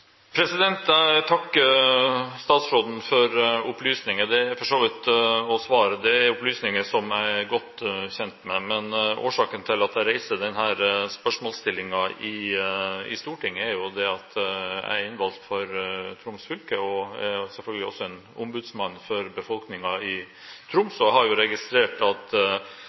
Jeg takker statsråden for opplysninger, for svaret. Dette er for så vidt opplysninger som jeg er godt kjent med. Men årsaken til at jeg reiser denne spørsmålsstillingen i Stortinget, er at jeg er innvalgt for Troms fylke, og jeg er selvfølgelig også en ombudsmann for befolkningen i Troms. Jeg har jo registrert at